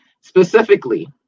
specifically